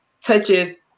touches